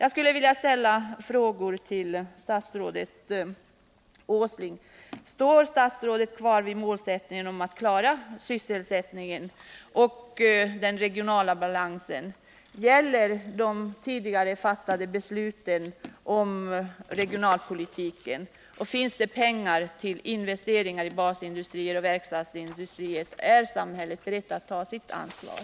Jag skulle vilja ställa följande frågor till industriminister Åsling: Står statsrådet kvar vid sin målsättning att klara sysselsättningen och den regionala balansen? Gäller de tidigare fattade besluten om regionalpolitiken? Finns det pengar till investeringar i basindustrier och verkstadsindustrier? Är samhället berett att ta sitt ansvar?